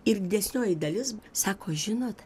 ir didesnioji dalis sako žinot